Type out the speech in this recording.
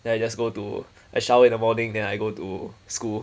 then I just go to a shower in the morning then I go to school